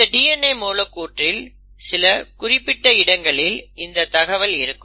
இந்த DNA மூலக்கூறில் சில குறிப்பிட்ட இடங்களில் இந்த தகவல் இருக்கும்